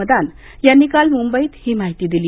मदान यांनी काल मुंबईत ही माहिती दिली